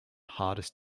hardest